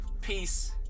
Peace